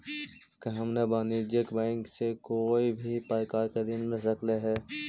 का हमरा वाणिज्य बैंक से कोई भी प्रकार के ऋण मिल सकलई हे?